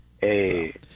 Hey